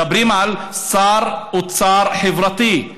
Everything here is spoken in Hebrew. מדברים על שר אוצר חברתי.